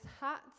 Hats